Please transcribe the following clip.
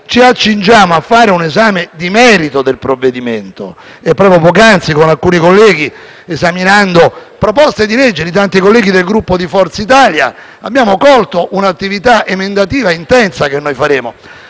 Ci accingiamo a fare un esame di merito del provvedimento. Proprio poc'anzi, con alcuni colleghi, esaminando le proposte di legge di tanti colleghi del Gruppo Forza Italia, abbiamo colto un'attività emendativa intensa che porteremo